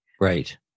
Right